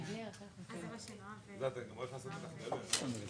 000 שקלים חדשים".